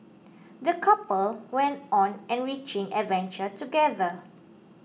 the couple went on enriching adventure together